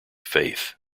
faith